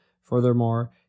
Furthermore